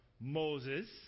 Moses